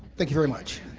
thank you very much.